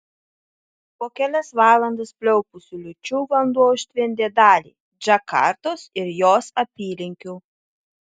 po kelias valandas pliaupusių liūčių vanduo užtvindė dalį džakartos ir jos apylinkių